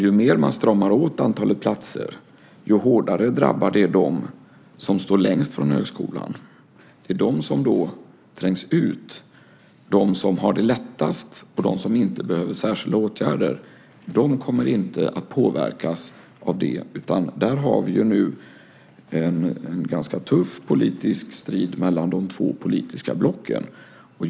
Ju mer man stramar åt antalet platser, desto hårdare drabbar det dem som står längst från högskolan. Det är de som då trängs ut. De som har det lättast och de som inte behöver särskilda åtgärder kommer inte att påverkas av det. Där har vi nu en ganska tuff politisk strid mellan de två politiska blocken.